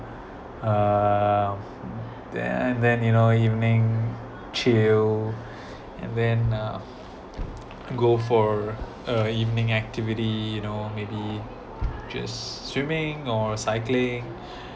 uh then and then you know evening chill and then uh go for uh evening activity you know maybe just swimming or cycling